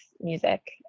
Music